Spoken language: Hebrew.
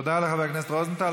תודה לחבר הכנסת רוזנטל.